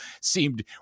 seemed